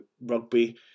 rugby